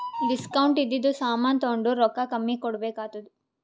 discount ಇದ್ದಿದು ಸಾಮಾನ್ ತೊಂಡುರ್ ರೊಕ್ಕಾ ಕಮ್ಮಿ ಕೊಡ್ಬೆಕ್ ಆತ್ತುದ್